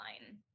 line